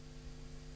וזה